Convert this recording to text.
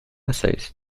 essays